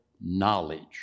knowledge